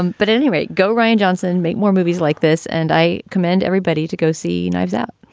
um but anyway, go ryan johnson, make more movies like this. and i commend everybody to go see knives out.